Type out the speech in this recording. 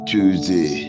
Tuesday